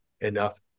enough